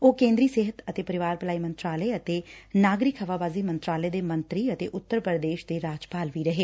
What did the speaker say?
ਉਹ ਕੇਦਰੀ ਸਿਹਤ ਅਤੇ ਪਰਿਵਾਰ ਭਲਾਈ ਮੰਤਰਾਲੇ ਅਤੇ ਨਾਗਰਿਕ ਹਵਾਬਾਜ਼ੀ ਮੰਤਰਾਲੇ ਦੇ ਮੰਤਰੀ ਅਤੇ ਉਤਰ ਪ੍ਰਦੇਸ਼ ਦੇ ਰਾਜਪਾਲ ਵੀ ਰਹੇ